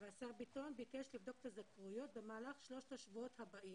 והשר ביטון ביקש לבדוק את הזכאויות במהלך שלושת השבועות הבאים.